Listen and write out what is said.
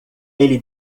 ele